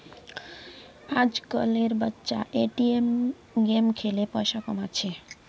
आजकल एर बच्चा ए.टी.एम गेम खेलें पैसा कमा छे